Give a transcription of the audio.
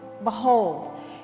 behold